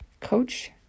Coach